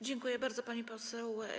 Dziękuję bardzo, pani poseł.